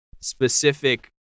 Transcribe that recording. specific